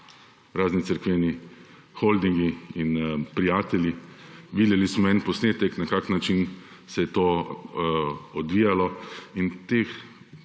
razni cerkveni holding in prijatelji. Videli smo en posnetek, na kakšen način se je to odvijalo. In teh